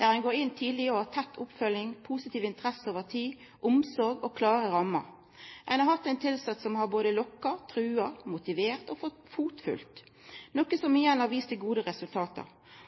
der ein går inn tidleg og har tett oppfølging, viser positiv interesse over tid, omsorg og har klare rammer. Ein har hatt ein tilsett som både har lokka, trua, motivert og fotfølgt, noko som igjen har ført til gode resultat.